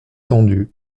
tendu